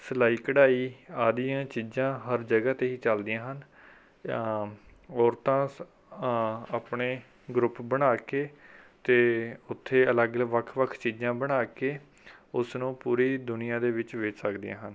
ਸਿਲਾਈ ਕਢਾਈ ਆਦਿ ਚੀਜ਼ਾਂ ਹਰ ਜਗ੍ਹਾ 'ਤੇ ਹੀ ਚੱਲਦੀਆਂ ਹਨ ਔਰਤਾਂ ਸ ਆਪਣੇ ਗਰੁੱਪ ਬਣਾ ਕੇ ਅਤੇ ਉੱਥੇ ਅਲੱਗ ਅਲ ਵੱਖ ਵੱਖ ਚੀਜ਼ਾਂ ਬਣਾ ਕੇ ਉਸ ਨੂੰ ਪੂਰੀ ਦੁਨੀਆਂ ਦੇ ਵਿੱਚ ਵੇਚ ਸਕਦੀਆਂ ਹਨ